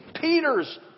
Peter's